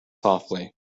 softly